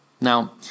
Now